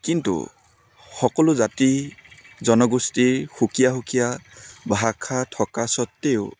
কিন্তু সকলো জাতি জনগোষ্ঠীৰ সুকীয়া সুকীয়া ভাষা থকা স্বত্তেও